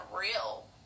real